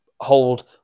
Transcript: hold